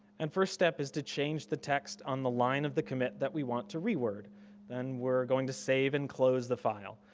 and first step is to change the text on the line of the commit that we want to reword and we're going to save and close the file.